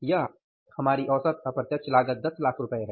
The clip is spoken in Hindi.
यह हमारी औसत अप्रत्यक्ष लागत 10 लाख रुपये है